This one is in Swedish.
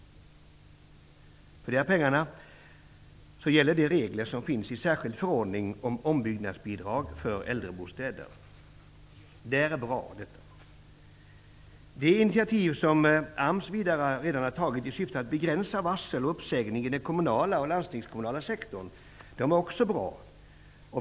De regler som finns i en särskild förordning om ombyggnadsbidrag för äldrebostäder gäller för dessa pengar. Det här är bra. De initiativ som AMS redan har tagit i syfte att begränsa varsel och uppsägningar i den kommunala och landstingskommunala sektorn är också bra.